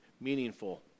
meaningful